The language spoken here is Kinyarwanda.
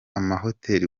amahoteli